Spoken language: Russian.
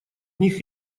них